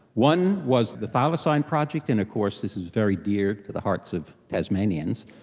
one was the thylacine project, and of course this is very dear to the hearts of tasmanians.